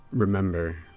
Remember